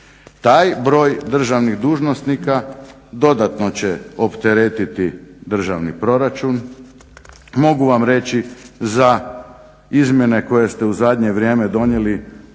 Taj broj državnih dužnosnika dodatno će opteretiti državni proračun. Mogu vam reći za izmjene koje ste u zadnje vrijeme donijeli